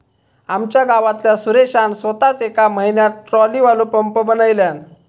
आमच्या गावातल्या सुरेशान सोताच येका म्हयन्यात ट्रॉलीवालो पंप बनयल्यान